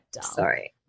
sorry